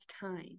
time